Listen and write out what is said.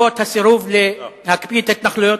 בעקבות הסירוב להקפיא את ההתנחלויות?